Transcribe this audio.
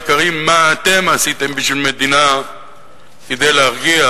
גם אם איננו נאמר בפעם הראשונה מעל הדוכן הזה.